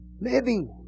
living